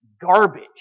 garbage